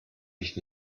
mich